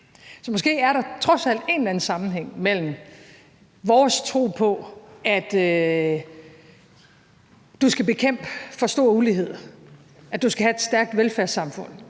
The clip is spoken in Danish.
Så måske er der trods alt en eller anden sammenhæng mellem vores tro på, at man skal bekæmpe for stor ulighed, at man skal have et stærkt velfærdssamfund,